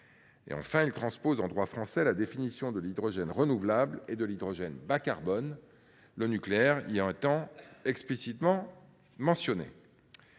2025. Il transpose enfin en droit français la définition de l’hydrogène renouvelable et de l’hydrogène bas carbone, le nucléaire y étant explicitement mentionné.